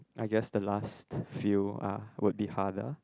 I guess the last few uh would be harder